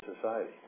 Society